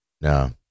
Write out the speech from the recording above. No